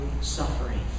suffering